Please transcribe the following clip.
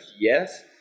yes